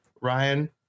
Ryan